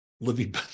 living